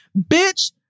bitch